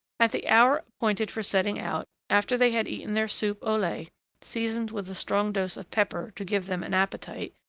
at the hour appointed for setting out, after they had eaten their soup au lait seasoned with a strong dose of pepper to give them an appetite,